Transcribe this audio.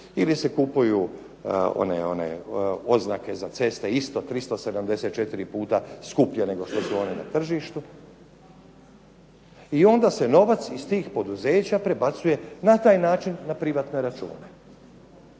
ili se kupuju one oznake za ceste isto 374 puta skuplje nego što su one na tržištu, i onda se novac iz tih poduzeća prebacuje na taj način na privatne račune.